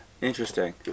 Interesting